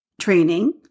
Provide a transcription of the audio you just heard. training